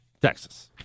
Texas